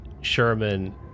Sherman